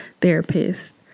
therapist